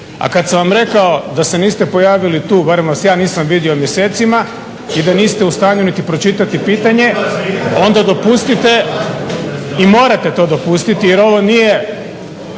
A kad sam vam rekao da se niste pojavili tu, barem vas ja nisam vidio mjesecima, i da niste u stanju niti pročitati pitanje onda dopustite i morate to dopustiti jer ovo nije